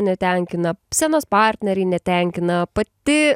netenkina scenos partneriai netenkina pati